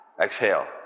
exhale